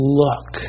look